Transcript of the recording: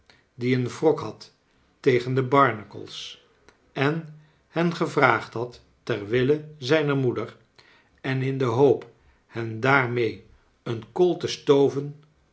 die een wrok had tegen de barnacles en hen gevraagd had ter wille zijner moeder en in de hoop hen daarmee een kool te stoven